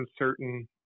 uncertain